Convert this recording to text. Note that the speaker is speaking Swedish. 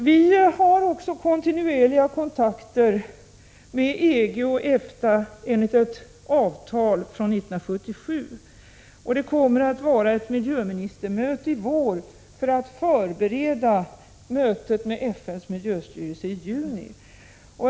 Vi har också kontinuerliga kontakter med EG och EFTA enligt ett avtal från 1977. Det kommer att vara ett miljöministermöte i vår för att förbereda mötet med FN:s miljöstyrelse i juni.